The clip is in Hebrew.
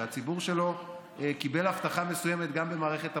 הרי הציבור שלו קיבל הבטחה מסוימת גם במערכת הבחירות,